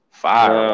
fire